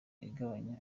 igabanya